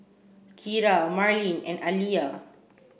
Kira Marlene and Aliyah